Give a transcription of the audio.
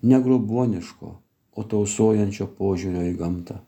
ne grobuoniško o tausojančio požiūrio į gamtą